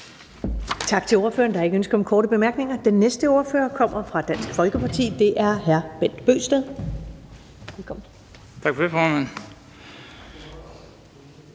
Tak til ordføreren. Der er ingen ønsker om korte bemærkninger. Den næste ordfører kommer fra Dansk Folkeparti, og det er hr. Bent Bøgsted. Velkommen. Kl. 14:03 (Ordfører)